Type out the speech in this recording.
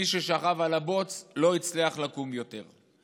מי ששכב על הבוץ לא הצליח לקום יותר.